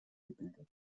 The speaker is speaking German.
gebildet